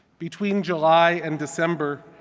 between july and december,